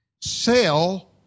sell